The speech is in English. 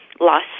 loss